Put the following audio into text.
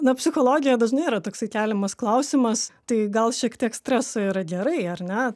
na psichologijoj dažnai yra toksai keliamas klausimas tai gal šiek tiek streso yra gerai ar ne